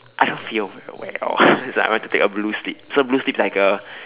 I don't feel very well so I went to take a blue slip so blue slip is like a